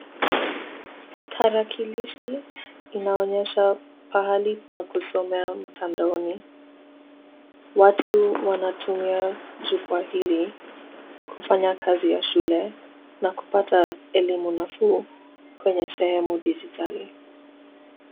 Tarakilishi inaonyesha pahali pa kusomea mtandaoni. Watu wanatumia jukwaa hili kufanya kazi ya shule na kupata elimu nafuu kwenye sehemu dijitali.